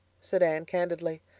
said anne candidly,